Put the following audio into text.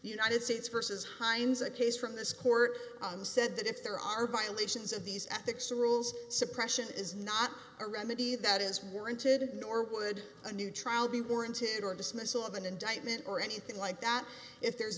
united states versus hines a case from this court on said that if there are violations of these ethics rules suppression is not a remedy that is warranted nor would a new trial be warranted or dismissal of an indictment or anything like that if there's